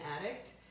addict